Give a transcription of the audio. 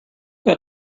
got